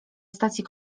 stacji